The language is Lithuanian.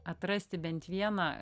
atrasti bent vieną